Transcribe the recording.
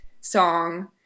song